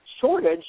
shortage